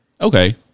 okay